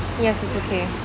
yes it's okay